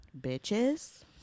bitches